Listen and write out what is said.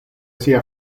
sia